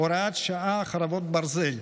(הוראת שעה, חרבות ברזל),